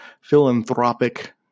philanthropic